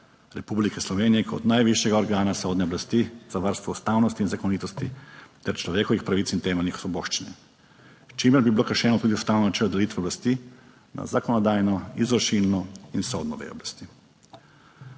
Republike Slovenije kot najvišjega organa sodne oblasti za varstvo ustavnosti in zakonitosti ter človekovih pravic in temeljnih svoboščin, s čimer bi bilo kršeno tudi ustavno načelo delitve oblasti na zakonodajno, izvršilno in sodno vejo oblasti.